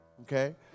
Okay